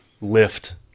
lift